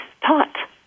taught